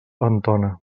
entona